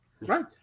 Right